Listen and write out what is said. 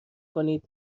کنید